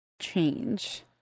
change